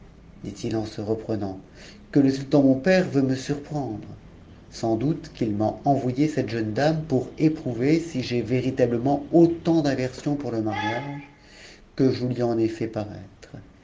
dit-il en se reprenant que le sultan mon père veut me surprendre sans doute qu'il a envoyé cette jeune dame pour éprouver si j'ai véritablement autant d'aversion pour le mariage que je lui en ai fait paraître